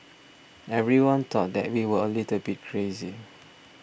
everyone thought that we were a little bit crazy